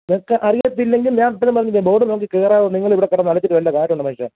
ഇതൊക്കെ അറിയത്തില്ലെങ്കിൽ ഞാൻ ഇത്രേം പറഞ്ഞില്ലേ ബോർഡ് നോക്കി കയറാതെ നിങ്ങളിവിടെക്കിടന്ന് അലച്ചിട്ട് വല്ല കാര്യമുണ്ടോ മനുഷ്യ